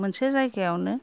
मोनसे जायगायावनो